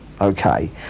okay